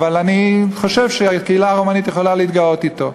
אבל אני חושב שהקהילה הרומנית יכולה להתגאות אתו.